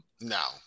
No